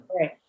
Right